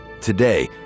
Today